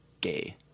gay